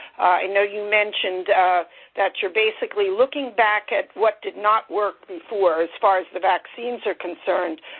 i know you mentioned that you're basically looking back at what did not work before-as far as the vaccines are concerned.